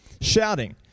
Shouting